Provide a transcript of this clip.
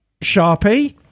Sharpie